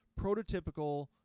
prototypical